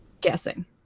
guessing